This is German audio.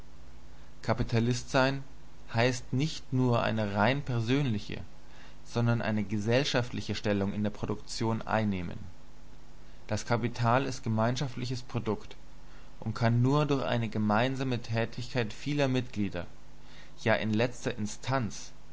kapitalist sein heißt nicht nur eine rein persönliche sondern eine gesellschaftliche stellung in der produktion einzunehmen das kapital ist ein gemeinschaftliches produkt und kann nur durch eine gemeinsame tätigkeit vieler mitglieder ja in letzter instanz